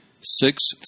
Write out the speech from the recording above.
six